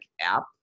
app